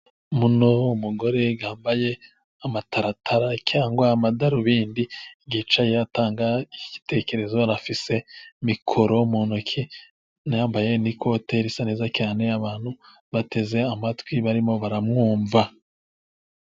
Umuntu w'umugore yambaye amataratara cyangwa amadarubindi, yicaye atanga iki gitekerezo anafise mikoro mu ntoki, anambaye n'ikote risa neza cyane, abantu bateze amatwi barimo baramwumva.